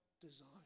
design